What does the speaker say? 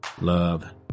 love